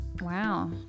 wow